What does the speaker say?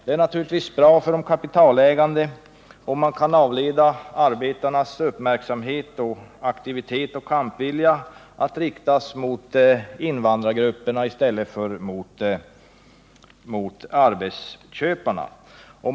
Det är naturligtvis bra för de kapitalägande om man kan avleda arbetarnas uppmärksamhet, aktivitet och kampvilja att riktas mot invandrargrupperna i stället för mot arbetsköparna.